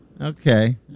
Okay